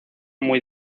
muy